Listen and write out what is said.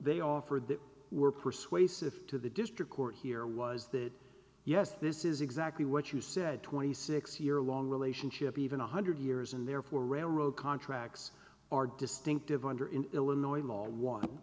they offered that were persuasive to the district court here was that yes this is exactly what you said twenty six year long relationship even one hundred years and therefore railroad contracts are distinctive under in illinois